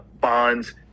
bonds